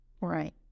Right